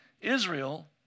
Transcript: Israel